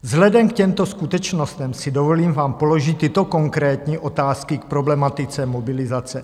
Vzhledem k těmto skutečnostem si dovolím vám položit tyto konkrétní otázky k problematice mobilizace.